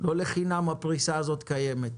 לא לחינם הפריסה הזאת קיימת.